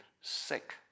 sick